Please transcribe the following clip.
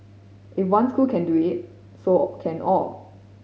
if one school can do it so can all